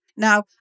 Now